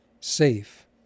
Safe